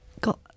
got